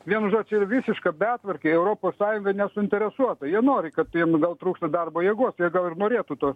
vienu žodžiu čia yra visiška betvarkė europos sąjunga nesuinteresuota jie nori kad jiem gal trūksta darbo jėgos jie gal ir norėtų to